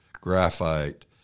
graphite